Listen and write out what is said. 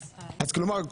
כלומר,